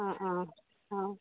অঁ অঁ অঁ